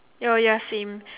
oh ya same